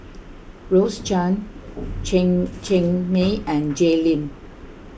Rose Chan Chen Cheng Mei and Jay Lim